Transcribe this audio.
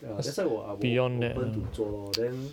ya that's why 我 ah 我我 open to 做 lor then